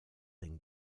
and